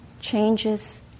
changes